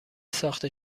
ساخته